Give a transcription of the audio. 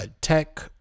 tech